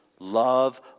Love